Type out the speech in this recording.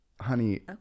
honey